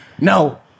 No